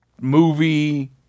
movie